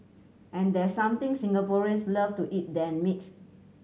and there something Singaporeans love to eat than meat